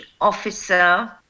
officer